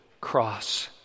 cross